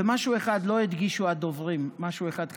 ומשהו אחד לא הדגישו הדוברים, משהו אחד חשוב: